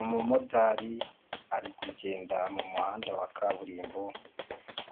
Umumotari ari kugenda mu muhanda wa kaburimbo,